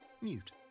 Mute